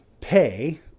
pay